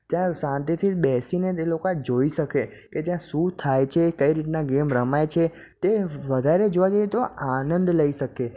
ત્યાં શાંતિથી બેસીને તે લોકો જોઈ શકે કે ત્યાં શું થાય છે કઈ રીતના ગેમ રમાય છે તે વધારે જોવા જઈએ તો આનંદ લઈ શકે